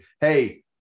hey